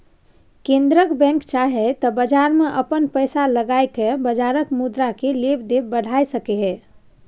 केंद्रक बैंक चाहे त बजार में अपन पैसा लगाई के बजारक मुद्रा केय लेब देब बढ़ाई सकेए